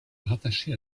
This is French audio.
rattachée